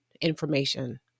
information